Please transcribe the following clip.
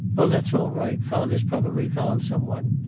oh, that's all right. father's probably found some one.